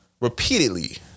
Repeatedly